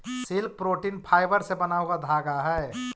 silk protein fibre से बना हुआ धागा हई